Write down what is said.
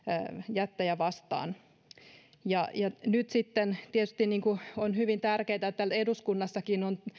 jättejä vastaan nyt sitten tietysti on hyvin tärkeää että eduskunnassakin on